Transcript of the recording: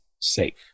safe